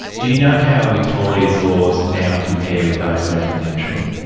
do you know how victoria's laws now compare with those around the country?